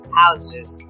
houses